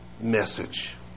message